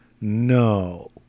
No